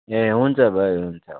ए हुन्छ भाइ हुन्छ